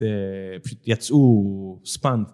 יצאו ספאנט